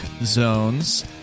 Zones